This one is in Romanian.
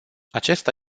acesta